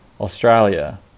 Australia